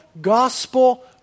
gospel